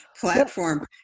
platform